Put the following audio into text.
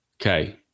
Okay